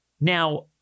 Now